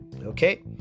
Okay